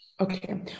Okay